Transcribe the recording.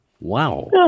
Wow